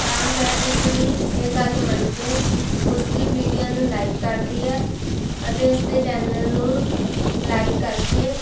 ਤਾਂ ਮੈਂ ਉਸਦੀ ਇਹ ਗੱਲ ਮੰਨ ਕੇ ਉਸਦੀ ਵੀਡੀਓ ਨੂੰ ਲਾਈਕ ਕਰਦੀ ਹੈ ਅਤੇ ਉਸ ਤੇ ਚੈਨਲ ਨੂੰ ਲਾਈਕ ਕਰਕੇ